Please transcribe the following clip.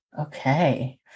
Okay